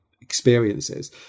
experiences